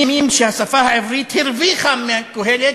עכשיו הוא, אני הגעתי לקהלת.